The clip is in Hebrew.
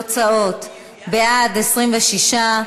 חוק אזור סחר חופשי באילת (פטורים והנחות ממסים) (תיקון מס' 8)